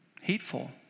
hateful